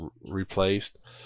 replaced